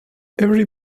every